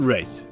Right